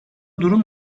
durum